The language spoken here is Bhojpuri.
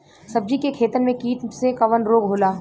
सब्जी के खेतन में कीट से कवन रोग होला?